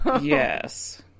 Yes